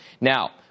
Now